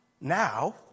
Now